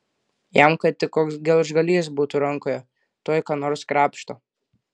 jam kad tik koks gelžgalys būtų rankoje tuoj ką nors krapšto